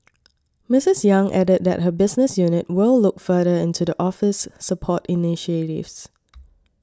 Missus Yang added that her business unit will look further into the Office's support initiatives